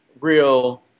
real